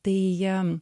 tai jie